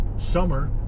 Summer